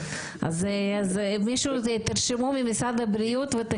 אין אנשים כי אתם לא מתוגמלים עבור הפעולות שאתם